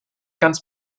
ganz